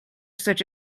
such